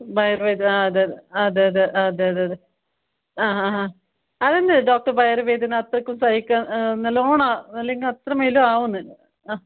വയറുവേദന ആ അതെ അതെ അതെ അതെ അതെ അതെ ആഹാഹാ അത് തന്നെ ഡോക്ടർ വയറുവേദന അത്രക്കും സഹിക്കാൻ നല്ല വണ്ണം അല്ലെങ്കിൽ അത്രമേലും ആവുന്നില്ല ആ